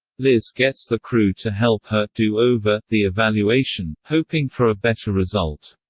liz gets the crew to help her do over the evaluation, hoping for a better result.